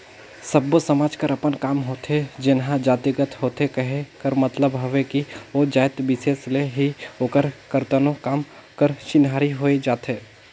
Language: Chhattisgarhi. सब्बो समाज कर अपन काम होथे जेनहा जातिगत होथे कहे कर मतलब हवे कि ओ जाएत बिसेस ले ही ओकर करतनो काम कर चिन्हारी होए जाथे